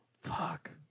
Fuck